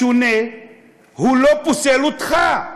השונה לא פוסל אותך.